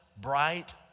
bright